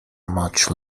much